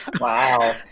Wow